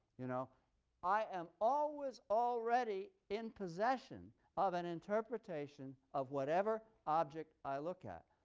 you know i am always already in possession of an interpretation of whatever object i look at,